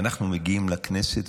ואנחנו מגיעים לכנסת,